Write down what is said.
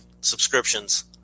subscriptions